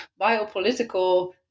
biopolitical